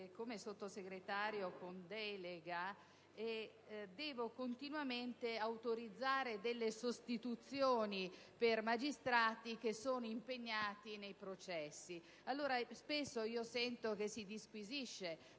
Come Sottosegretario con delega devo continuamente autorizzare sostituzioni per magistrati impegnati nei processi. Spesso si disquisisce